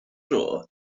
dro